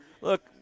Look